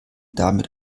damit